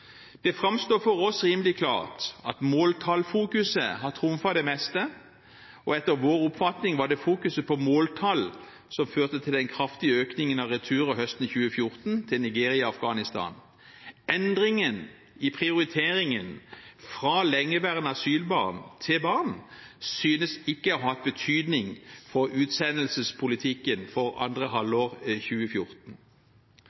Det framstår for oss rimelig klart at måltallfokuset har trumfet det meste, og etter vår oppfatning var det fokuset på måltall som førte til den kraftige økningen av returer høsten 2014, til Nigeria og Afghanistan. Endringen i prioriteringen fra lengeværende asylbarn til barn synes ikke å ha hatt betydning for utsendelsespolitikken for andre halvår 2014.